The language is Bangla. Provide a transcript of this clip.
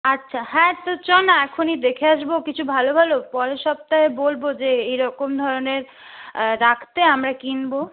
আচ্ছা হ্যাঁ তো চ না এখনই দেখে আসব কিছু ভালো ভালো পরের সপ্তাহে বলবো যে এই রকম ধরনের রাখতে আমরা কিনব